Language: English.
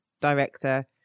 Director